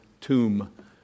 tomb